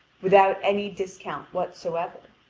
without any discount whatsoever.